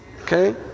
Okay